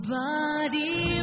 body